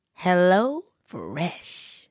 HelloFresh